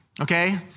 okay